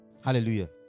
Hallelujah